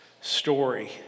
story